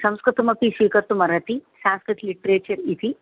संस्कृतमपि स्वीकर्तुमर्हति सान्स्क्रिट् लिट्रेचर् इति